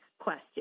question